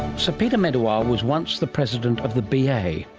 so peter medawar was once the president of the b. a.